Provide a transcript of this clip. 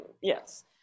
yes